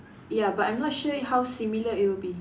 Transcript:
ya but I'm not sure how similar it would be